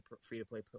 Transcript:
free-to-play